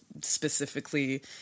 specifically